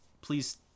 please